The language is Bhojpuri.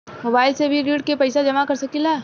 मोबाइल से भी ऋण के पैसा जमा कर सकी ला?